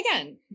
again